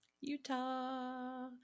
Utah